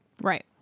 Right